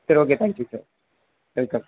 சரி okay thank you sir welcome